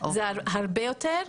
זה הרבה יותר,